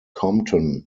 compton